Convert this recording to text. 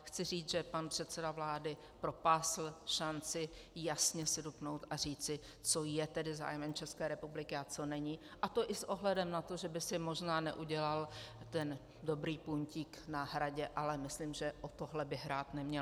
Chci ale říct, že pan předseda vlády propásl šanci jasně si dupnout a říci, co je tedy zájmem České republiky a co není, a to i s ohledem na to, že by si možná neudělal ten dobrý puntík na Hradě, ale myslím, že o tohle by hrát neměl.